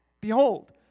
Behold